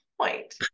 point